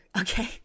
okay